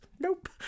Nope